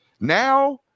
Now